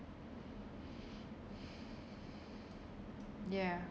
ya